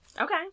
Okay